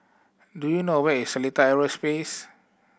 do you know where is Seletar Aerospace